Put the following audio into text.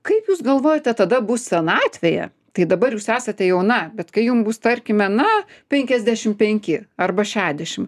kaip jūs galvojate tada bus senatvėje tai dabar jūs esate jauna bet kai jum bus tarkime na penkiasdešim penki arba šiadešim